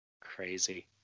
Crazy